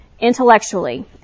intellectually